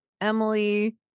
Emily